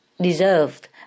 deserved